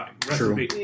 True